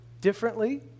differently